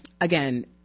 again